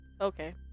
Okay